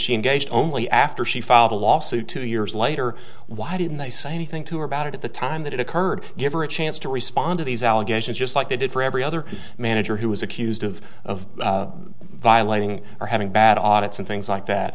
she engaged only after she filed a lawsuit two years later why didn't they say anything to her about it at the time that it occurred give her a chance to respond to these allegations just like they did for every other manager who was accused of of violating or having bad audits and things like that